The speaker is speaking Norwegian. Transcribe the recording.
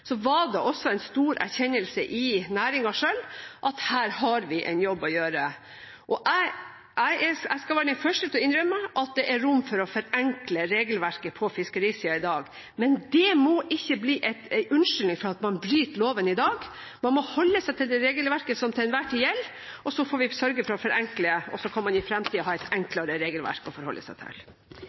Så det er en stor grunn til at vi skal gripe fatt i dette med større alvor enn det vi har gjort tidligere. Jeg har lyst til å si at på det møtet vi hadde 22. april – første dag etter påske – var det også en stor erkjennelse i næringen selv om at her har vi en jobb å gjøre. Jeg skal være den første til å innrømme at det er rom for å forenkle regelverket på fiskerisida i dag. Men det må ikke bli en unnskyldning for at man bryter loven i dag. Man må holde seg til det